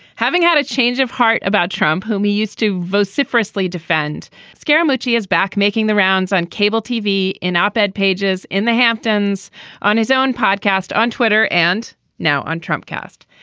having had a change of heart about trump whom he used to vociferously defend scaramouche he is back making the rounds on cable tv and op ed pages in the hamptons on his own podcast on twitter and now on trump cast.